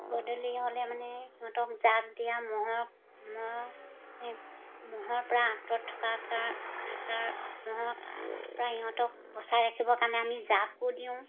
গধূলি হ'লে মানে সিহঁতক জাগ দিয়া মহৰ মহে মহৰ পৰা আঁতৰত থকাৰ কাৰণে থাকাৰ মহক পৰা সিহঁতক বচাই ৰাখিবৰ কাৰণে আমি জাকো দিওঁ